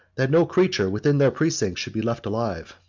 that no creature within their precincts should be left alive.